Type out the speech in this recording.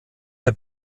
der